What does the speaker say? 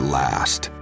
last